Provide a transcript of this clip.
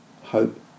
hope